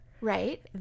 right